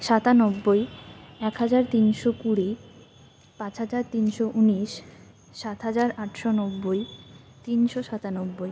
সাতানব্বই এক হাজার তিনশো কুড়ি পাঁচ হাজার তিনশো উনিশ সাত হাজার আটশো নব্বই তিনশো সাতানব্বই